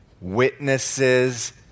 witnesses